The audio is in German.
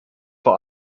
vor